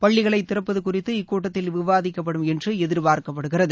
பள்ளிகளை திறப்பது குறித்து இக்கூட்டத்தில் விவாதிக்கப்படும் என்று எதிர்பார்க்கப்படுகிறது